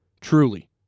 Truly